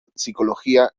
psicología